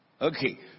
Okay